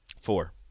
Four